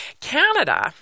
Canada